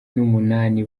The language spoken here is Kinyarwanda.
numunani